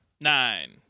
Nine